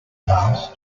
last